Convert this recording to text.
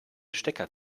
stecker